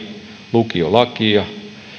lukiolakia